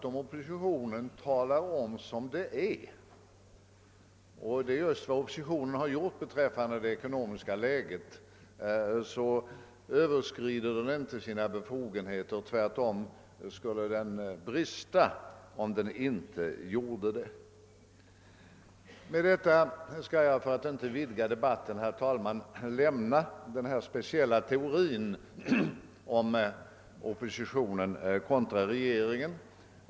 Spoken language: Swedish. Om oppositionen talar om som det är — och det är just vad oppositionen har gjort beträffande det ekonomiska läget — överskrider den inte sina befogenheter; tvärtom skulle det vara en brist om oppositionen inte gjorde det. För att inte vidga debatten skall jag, herr talman, med detta lämna den speciella teorin om oppositionen kontra regeringen.